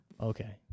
Okay